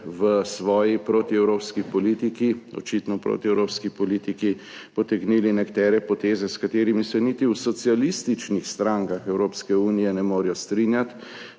v svoji protievropski politiki, očitno protievropski politiki, potegnili nekatere poteze, s katerimi se niti v socialističnih strankah Evropske unije ne morejo strinjati,